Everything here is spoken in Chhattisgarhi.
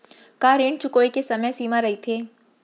का ऋण चुकोय के समय सीमा रहिथे?